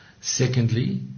Secondly